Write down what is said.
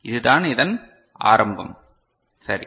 இதுதான் அதன் ஆரம்பம் சரி